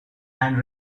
and